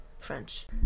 French